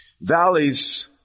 Valleys